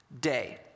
day